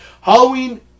Halloween